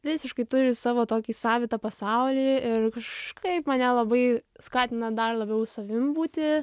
visiškai turi savo tokį savitą pasaulį kažkaip mane labai skatina dar labiau savim būti